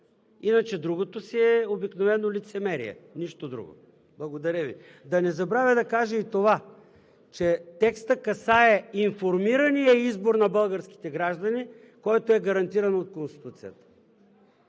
Иначе другото си е обикновено лицемерие, нищо друго. Благодаря Ви. Да не забравя да кажа и това, че текстът касае информирания избор на българските граждани, който е гарантиран от Конституцията.